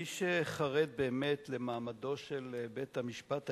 מי שחרד באמת למעמדו של בית-המשפט העליון,